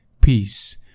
peace